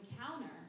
encounter